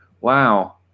Wow